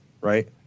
right